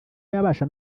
yabasha